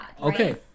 okay